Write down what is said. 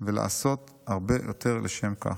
ולעשות הרבה יותר לשם כך".